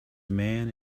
man